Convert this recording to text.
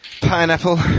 pineapple